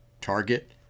Target